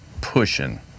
pushing